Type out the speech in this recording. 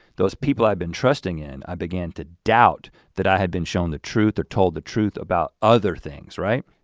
those people i'd been trusting in i began to doubt that i had been shown the truth or told the truth about other things, right?